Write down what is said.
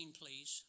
please